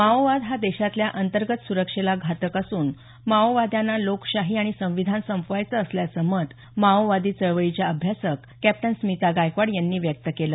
माओवाद हा देशातल्या अंतर्गत सुरक्षेला घातक असून माओवाद्यांना लोकशाही आणि संविधान संपवावयाचे असल्याचं मत माओवादी चळवळीच्या अभ्यासक कॅप्टन स्मिता गायकवाड यांनी व्यक्त केलं